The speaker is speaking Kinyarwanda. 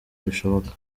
bishoboka